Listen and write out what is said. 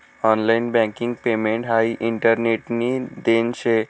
online banking payment हाई इंटरनेटनी देन शे